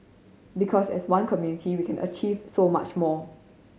because as one community we can achieve so much more